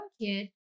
kid